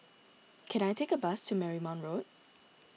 can I take a bus to Marymount Road